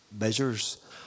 measures